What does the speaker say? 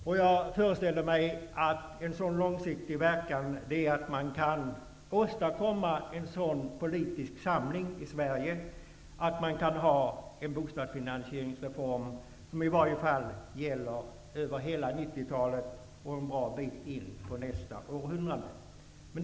Jag föreställer mig att en långsiktig verkan är att man kan åstadkomma en sådan politisk samling att en bostadsfinansieringsreform gäller i varje fall hela 90-talet och en bra bit in på nästa århundrade.